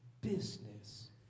business